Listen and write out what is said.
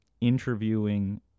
interviewing